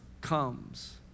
comes